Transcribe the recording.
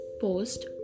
post